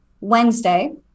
Wednesday